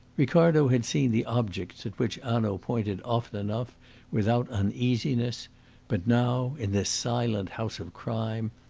ricardo had seen the objects at which hanaud pointed often enough without uneasiness but now, in this silent house of crime,